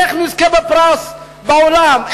איך נזכה בפרס בעולם?